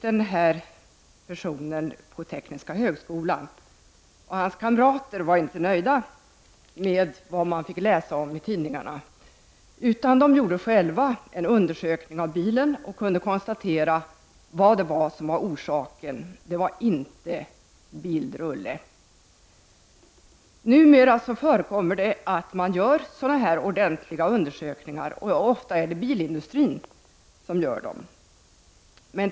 Denna person gick på Tekniska högskolan, och hans kamrater var inte nöjda med vad de fick läsa i tidningarna. De gjorde därför själva en undersökning av bilen och kunde konstatera vad som var orsaken — och det var inte att föraren var en bildrulle. Numera förekommer det att man gör sådana här ordentliga undersökningar. Ofta är det bilindustrin som gör dem.